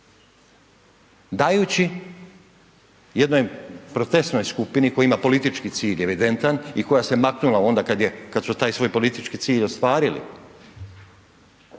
dajući jednoj protestnoj skupini koja ima politički cilj evidentan i koja se maknula onda kad su taj svoj politički cilj ostvarili,